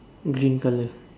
green colour